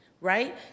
right